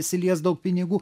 įsilies daug pinigų